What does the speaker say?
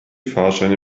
fahrscheine